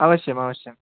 अवश्यमवश्यं